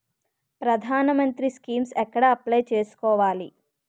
ప్రధాన మంత్రి స్కీమ్స్ ఎక్కడ అప్లయ్ చేసుకోవాలి?